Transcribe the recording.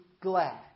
glad